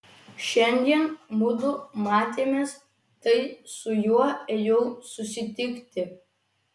šiandien mudu matėmės tai su juo ėjau susitikti